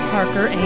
Parker